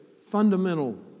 fundamental